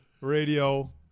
radio